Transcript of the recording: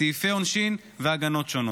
סעיפי עונשין והגנות שונות.